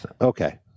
Okay